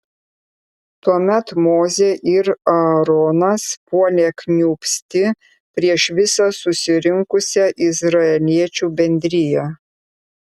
tuomet mozė ir aaronas puolė kniūbsti prieš visą susirinkusią izraeliečių bendriją